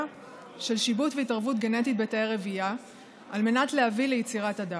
של שיבוט והתערבות גנטית בתאי רבייה על מנת להביא ליצירת אדם.